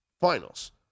finals